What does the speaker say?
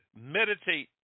meditate